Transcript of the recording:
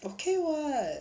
okay [what]